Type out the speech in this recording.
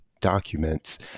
documents